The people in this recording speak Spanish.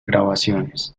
grabaciones